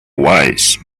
wise